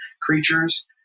creatures